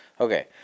Okay